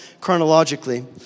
chronologically